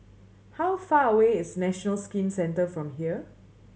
how far away is National Skin Centre from here